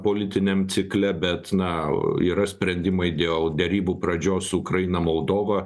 politiniam cikle bet na yra sprendimai dėl derybų pradžios su ukraina moldova